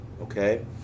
Okay